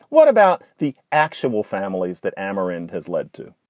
what about the actual families that amarin has led to?